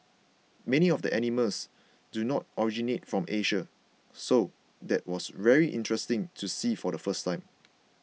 many of the animals do not originate from Asia so that was very interesting to see for the first time